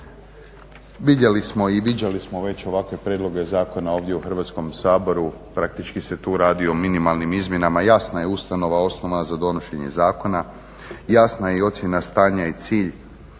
Vidjeli smo i viđali smo već ovakve prijedloge zakona ovdje u Hrvatskom saboru, praktički se tu radi o minimalnim izmjenama, jasna je ustavna osnova za donošenje zakona, jasna je i ocjena stanja i cilj